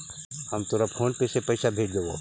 हम तोरा PhonePe से पईसा भेज देबो